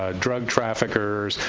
ah drug traffickers,